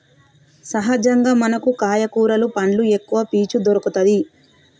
సహజంగా మనకు కాయ కూరలు పండ్లు ఎక్కవ పీచు దొరుకతది